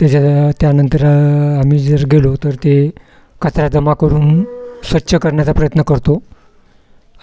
त्याच्या त्यानंतर आम्ही जर गेलो तर ते कचरा जमा करून स्वच्छ करण्याचा प्रयत्न करतो